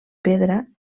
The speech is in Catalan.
pedra